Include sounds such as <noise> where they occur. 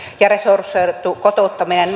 ja resursoitu kotouttaminen <unintelligible>